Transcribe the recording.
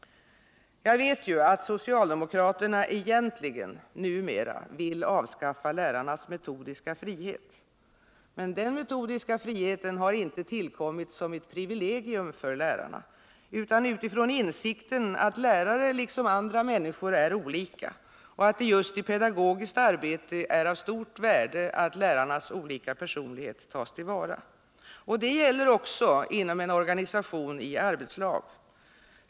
Jag vet ju att socialdemokraterna egentligen numera vill avskaffa lärarnas metodiska frihet. Men den metodiska friheten har inte tillkommit som ett privilegium för lärarna utan utifrån insikten att lärare liksom andra människor är olika och att det just i pedagogiskt arbete är av stort värde att lärarnas olika personlighet tas till vara. Det gäller också inom en organisation i arbetslag.